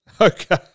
Okay